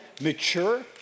Mature